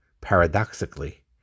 paradoxically